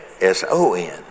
S-O-N